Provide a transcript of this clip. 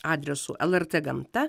adresu lrt gamta